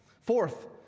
Fourth